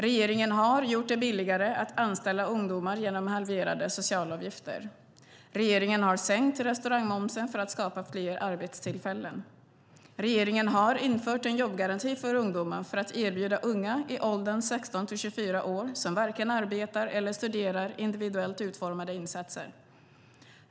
Regeringen har gjort det billigare att anställa ungdomar genom halverade socialavgifter. Regeringen har sänkt restaurangmomsen för att skapa fler arbetstillfällen. Regeringen har infört en jobbgaranti för ungdomar för att erbjuda unga i åldern 16-24 år som varken arbetar eller studerar individuellt utformade insatser.